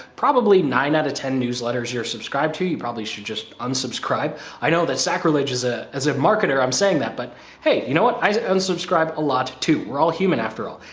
probably nine out of ten newsletters you're subscribed to you probably should just unsubscribe. i know that sacrilege is ah is a marketer, i'm saying that, but hey, you know what? i unsubscribe a lot too. we're all human after all.